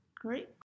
Great